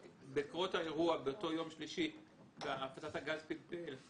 בעקבות האירוע באותו יום שלישי והטלת הגז פלפל,